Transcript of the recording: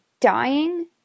dying